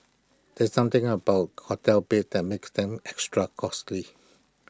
there's something about hotel beds that makes them extra costly